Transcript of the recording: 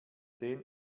den